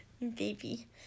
baby